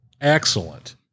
excellent